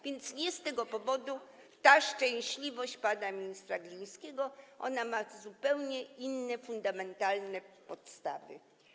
Więc nie z tego powodu jest ta szczęśliwość pana ministra Glińskiego, ona ma zupełnie inne, fundamentalne podstawy.